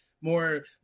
more